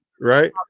Right